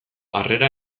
harrera